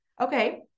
Okay